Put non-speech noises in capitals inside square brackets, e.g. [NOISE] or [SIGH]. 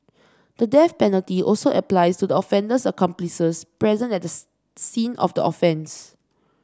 the death penalty also applies to the offender's accomplices present at the [UNINTELLIGIBLE] scene of the offence